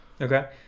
Okay